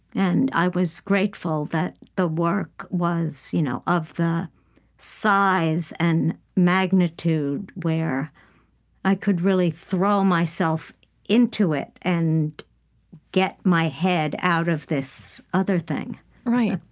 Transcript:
and i was grateful that the work was you know of the size and magnitude where i could really throw myself into it and get my head out of this other thing right.